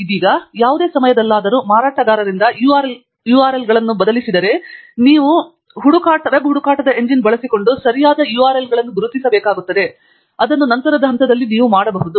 ಇದೀಗ ಯಾವುದೇ ಸಮಯದಲ್ಲಾದರೂ ಮಾರಾಟಗಾರರಿಂದ URL ಗಳನ್ನು ಬದಲಿಸಿದರೆ ನಂತರ ನೀವು ವೆಬ್ ಹುಡುಕಾಟ ಎಂಜಿನ್ ಅನ್ನು ಬಳಸಿಕೊಂಡು ಸರಿಯಾದ URL ಗಳನ್ನು ಗುರುತಿಸಬೇಕಾಗುತ್ತದೆ ಮತ್ತು ನಂತರದ ಹಂತದಲ್ಲಿ ನೀವು ಅದನ್ನು ಮಾಡಬಹುದು